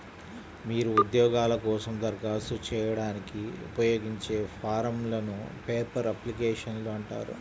మీరు ఉద్యోగాల కోసం దరఖాస్తు చేయడానికి ఉపయోగించే ఫారమ్లను పేపర్ అప్లికేషన్లు అంటారు